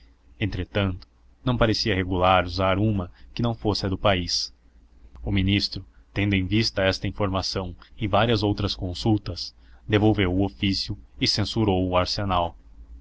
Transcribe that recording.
entretanto não parecia regular usar uma que não fosse a do país o ministro tendo em vista esta informação e várias outras consultas devolveu o ofício e censurou o arsenal